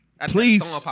Please